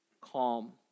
calm